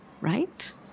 right